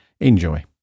enjoy